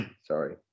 sorry